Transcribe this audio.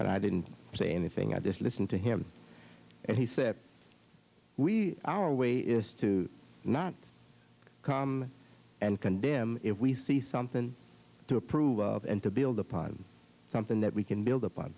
and i didn't say anything i just listened to him and he said we our way is to not come and condemn if we see something to approve of and to build upon something that we can build upon